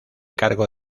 cargo